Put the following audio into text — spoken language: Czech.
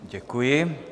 Děkuji.